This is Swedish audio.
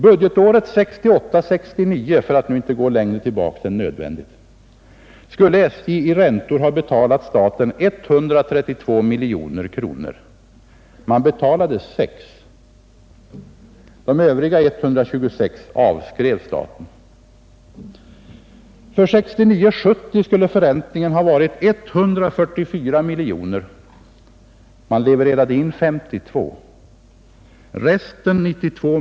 Budgetåret 1968 70 skulle förräntningen ha varit 144 miljoner kronor — man levererade in 52 miljoner kronor.